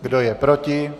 Kdo je proti?